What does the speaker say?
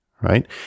right